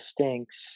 stinks